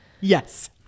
Yes